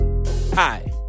hi